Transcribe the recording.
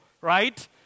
right